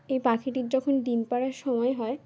এই পাখিটির যখন ডিম পাড়ার সময় হয়